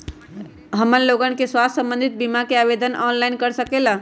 हमन लोगन के स्वास्थ्य संबंधित बिमा का आवेदन ऑनलाइन कर सकेला?